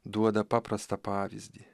duoda paprastą pavyzdį